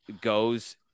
goes